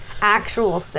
Actual